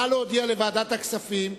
נא להודיע לוועדת הכספים,